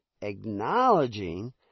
acknowledging